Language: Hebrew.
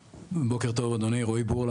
בוקר טוב אדוני, רועי בורלא